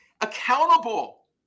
accountable